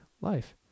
life